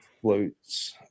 floats